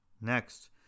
Next